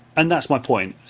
and that's my point.